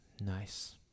Nice